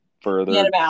further